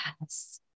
Yes